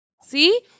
See